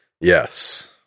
yes